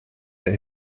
that